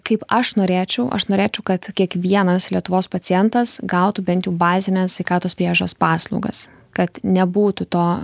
kaip aš norėčiau aš norėčiau kad kiekvienas lietuvos pacientas gautų bent jau bazines sveikatos priežiūros paslaugas kad nebūtų to